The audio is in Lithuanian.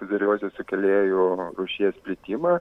fuzariozės sukėlėjų rūšies plitimą